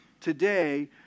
Today